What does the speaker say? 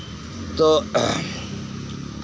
ᱛᱚ